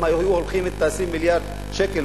אם היו לוקחים את ה-20 מיליארד שקל,